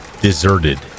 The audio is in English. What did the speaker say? deserted